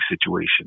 situation